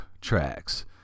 tracks